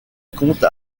compte